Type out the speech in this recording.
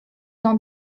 dans